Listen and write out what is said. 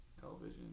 television